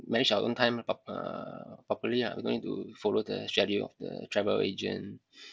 manage our own time pro~ uh properly lah we don't need to follow the schedule of the travel agent